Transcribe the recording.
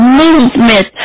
movement